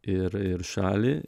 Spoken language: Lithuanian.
ir ir šalį